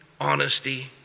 honesty